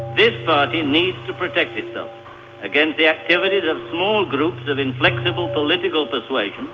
this party needs to protect itself against the activities of small groups of inflexible political persuasion,